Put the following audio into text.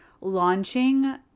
Launching